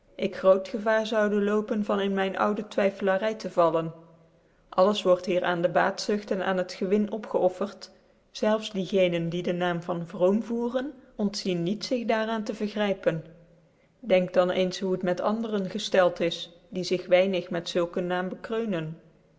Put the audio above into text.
ik groot gevaar zoude loy pen van in myn oude twyfclary tc vallen alles word hier aan debaatzugt en aan het gewin opgeoffrrt zelfs die gecnen die dc naam van vroom voc ren ontzien niet zig daar aan te vcr grypen denkt dan eens hoe het met andere gcftelt is die ig weinig met zulk een naam